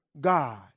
God